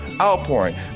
outpouring